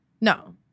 No